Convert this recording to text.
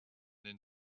then